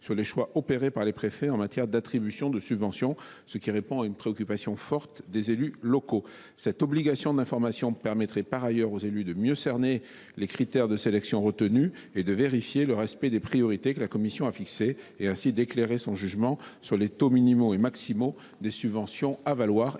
sur les choix opérés par le préfet en matière d’attribution de subventions, ce qui répond à une préoccupation forte de ces derniers. Cette obligation d’information leur permettrait de mieux cerner les critères de sélection retenus, de vérifier le respect des priorités que la commission a fixées et d’éclairer leur jugement sur les taux minimaux et maximaux de subvention à prévoir.